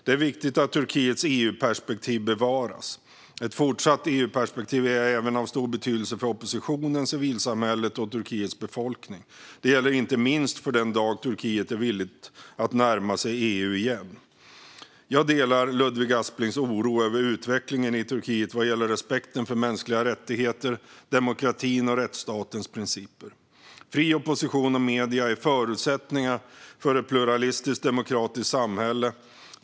Det är viktigt att Turkiets EU-perspektiv bevaras. Ett fortsatt EU-perspektiv är även av stor betydelse för oppositionen, civilsamhället och Turkiets befolkning. Det gäller inte minst för den dag Turkiet är villigt att närma sig EU igen. Jag delar Ludvig Asplings oro över utvecklingen i Turkiet vad gäller respekten för mänskliga rättigheter, demokratin och rättsstatens principer. Fri opposition och fria medier är förutsättningar för ett pluralistiskt, demokratiskt samhälle.